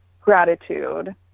gratitude